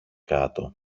κάτω